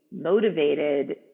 motivated